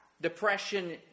Depression